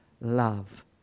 love